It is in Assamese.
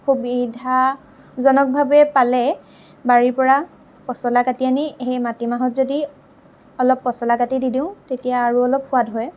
সুবিধাজনকভাৱে পালে বাৰীৰ পৰা পচলা কাটি আনি সেই মাটিমাহত যদি অলপ পচলা কাটি দি দিওঁ তেতিয়া আৰু অলপ সোৱাদ হয়